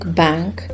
bank